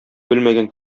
белмәгән